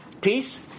peace